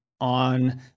on